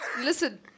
Listen